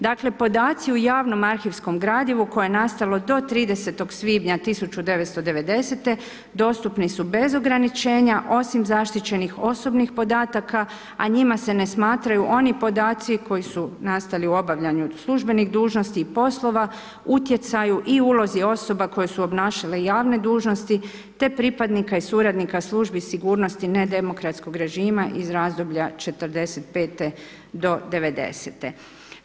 Dakle podaci u javnom arhivskom gradivu koje je nastalo do 30. svibnja 1990. dostupni su bez ograničenja osim zaštićenih osobnih podataka, a njima se ne smatraju oni podaci koji su nastali u obavljanju službenih dužnosti i poslova, utjecaju i ulozi osoba koje su obnašale javne dužnosti te pripadnika i suradnika službi sigurnosti ne demokratskog režima iz razdoblja '45. do '90.-te.